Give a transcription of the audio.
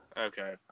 Okay